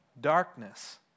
darkness